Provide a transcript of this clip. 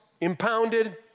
impounded